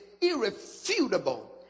irrefutable